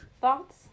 thoughts